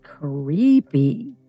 creepy